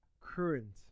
current